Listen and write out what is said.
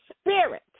spirit